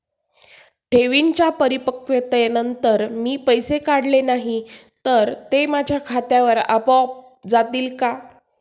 ठेवींच्या परिपक्वतेनंतर मी पैसे काढले नाही तर ते माझ्या खात्यावर आपोआप जातील का?